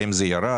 האם זה ירד?